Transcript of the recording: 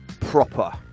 Proper